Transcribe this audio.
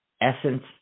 essence